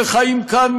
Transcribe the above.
שחיים כאן,